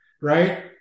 right